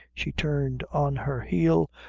she turned on her heel,